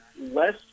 less